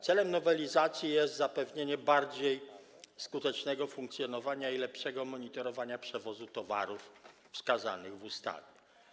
Celem nowelizacji jest zapewnienie bardziej skutecznego funkcjonowania i lepszego monitorowania przewozu towarów wskazanych w ustawie.